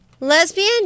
Lesbian